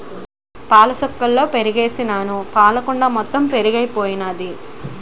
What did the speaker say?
పాలసుక్కలలో పెరుగుసుకేసినాను పాలకుండ మొత్తెము పెరుగైపోయింది